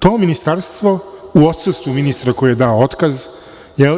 To ministarstvo, u odsustvu ministra koji je dao otkaz